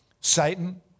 Satan